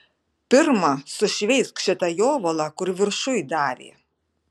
pirma sušveisk šitą jovalą kur viršuj davė